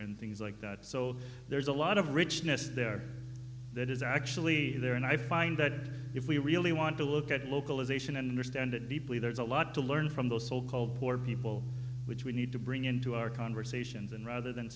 and things like that so there's a lot of richness there that is actually there and i find that if we really want to look at localization and understand it deeply there's a lot to learn from those so called poor people which we need to bring into our conversations and rather than